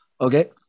okay